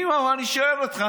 אני שואל אותך,